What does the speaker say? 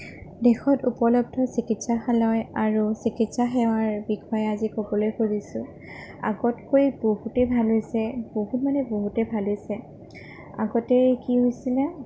দেশত উপলব্ধ চিকিৎসালয় আৰু চিকিৎসা সেৱাৰ বিষয়ে আজি ক'বলৈ খুজিছোঁ আগতকৈ বহুতেই ভাল হৈছে বহুত মানে বহুতেই ভাল হৈছে আগতে কি হৈছিলে